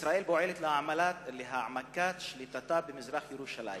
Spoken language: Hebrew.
ישראל פועלת להעמקת שליטתה במזרח-ירושלים,